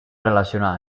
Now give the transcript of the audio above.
relacionar